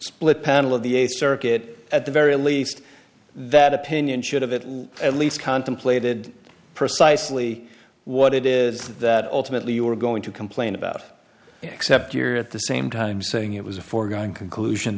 split panel of the th circuit at the very least that opinion should have it at least contemplated precisely what it is that ultimately you are going to complain about except you're at the same time saying it was a foregone conclusion